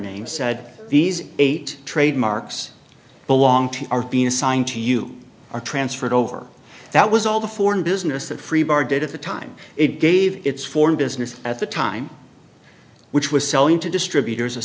name said these eight trademarks belong to are being assigned to you are transferred over that was all the foreign business that freberg did at the time it gave its foreign business at the time which was selling to distributors